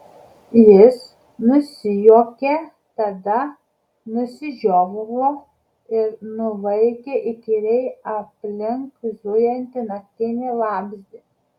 jis nusijuokė tada nusižiovavo ir nuvaikė įkyriai aplink zujantį naktinį vabzdį